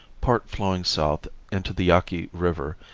part flowing south into the yaqui river,